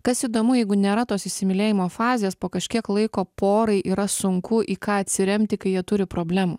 kas įdomu jeigu nėra tos įsimylėjimo fazės po kažkiek laiko porai yra sunku į ką atsiremti kai jie turi problemų